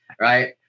right